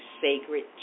Sacred